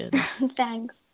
Thanks